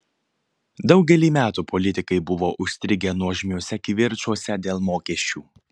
daugelį metų politikai buvo užstrigę nuožmiuose kivirčuose dėl mokesčių